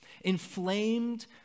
inflamed